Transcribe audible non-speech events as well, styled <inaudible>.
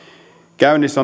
käynnissä <unintelligible>